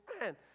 man